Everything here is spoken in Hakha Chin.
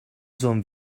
zuam